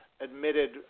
admitted